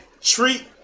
treat